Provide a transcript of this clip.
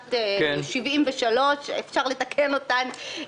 משנת 1973. אפשר לתקן אותן.